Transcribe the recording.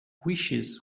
wishes